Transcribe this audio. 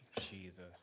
Jesus